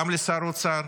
גם לשר האוצר,